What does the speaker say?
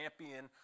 champion